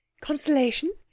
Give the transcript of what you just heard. Consolation